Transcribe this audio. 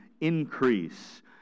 increase